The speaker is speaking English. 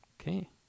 Okay